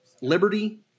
Liberty